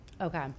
Okay